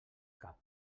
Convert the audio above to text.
cap